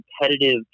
competitive